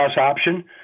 option